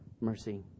mercy